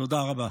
תודה רבה.